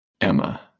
emma